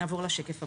נעבור לשקף הבא.